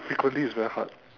frequently it's very hard